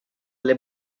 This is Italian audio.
alle